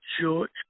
George